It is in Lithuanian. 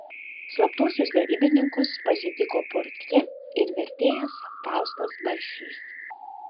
slaptuosius derybininkus pasitiko portjė ir vertėjas faustas barsys